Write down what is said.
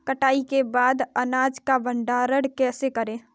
कटाई के बाद अनाज का भंडारण कैसे करें?